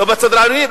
לא בצד הרעיוני.